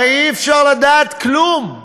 הרי אי-אפשר לדעת כלום.